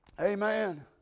Amen